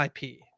IP